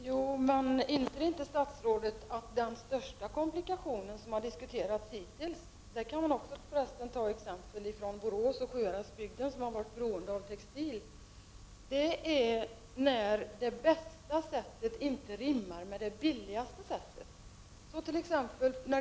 Herr talman! Inser inte statsrådet att den största komplikation som hittills har diskuterats är situationen vid de tillfällen när det bästa sättet inte rimmar med det billigaste? Här kan man nämna ett exempel från Borås och Sjuhäradsbygden, där man har varit beroende av textil.